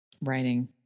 Writing